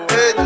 Hey